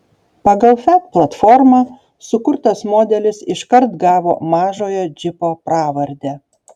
pagal fiat platformą sukurtas modelis iškart gavo mažojo džipo pravardę